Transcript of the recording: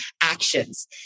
actions